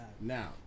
Now